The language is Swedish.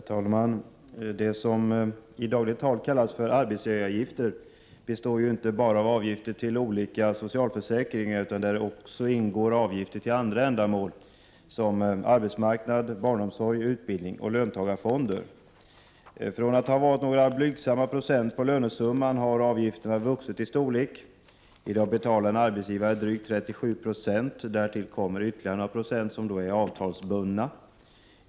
Herr talman! Det som i dagligt tal kallas för arbetsgivaravgifter består inte bara av avgifter till olika socialförsäkringar, utan däri ingår också avgifter till andra ändamål såsom arbetsmarknad, barnomsorg, utbildning och löntagarfonder. Från att ha varit några blygsamma procent av lönesumman har avgifterna vuxit i storlek. I dag betalar en arbetsgivare drygt 37 9o. Därtill kommer ytterligare några procent som är avtalsbundna.